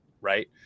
right